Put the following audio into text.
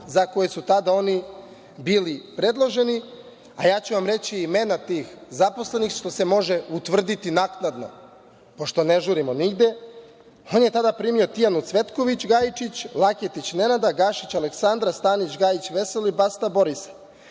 za koje su tada bili predloženi, a ja ću vam reći imena tih zaposlenih, što se može utvrditi naknadno, pošto ne žurimo nigde. On je tada primio: Tijanu Cvetković Gajičić, Laketić Nenada, Gašić Aleksandra, Stanić Gajić Veselina i Basta Borisa,